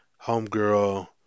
homegirl